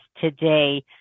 today